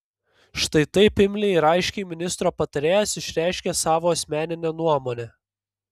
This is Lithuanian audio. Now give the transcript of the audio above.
štai taip imliai ir aiškiai ministro patarėjas išreiškia savo asmeninę nuomonę